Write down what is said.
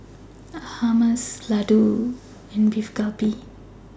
Hummus Ladoo and Beef Galbi